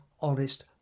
honest